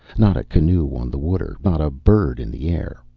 not canoe on the water, not a bird in the air,